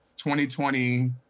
2020